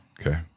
Okay